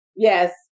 Yes